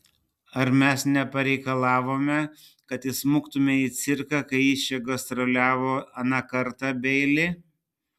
ar mes nepareikalavome kad įsmuktumei į cirką kai jis čia gastroliavo aną kartą beili